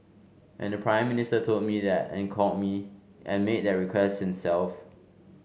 and the Prime Minister told me that and called me and made that request himself